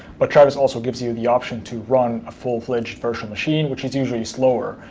but travis also gives you the option to run a full fledged virtual machine, which is usually slower,